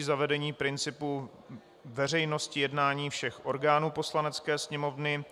Zavedení principu veřejnosti jednání všech orgánů Poslanecké sněmovny.